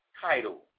title